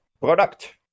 product